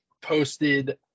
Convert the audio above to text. posted